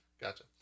gotcha